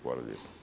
Hvala lijepa.